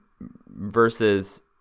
versus